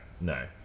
No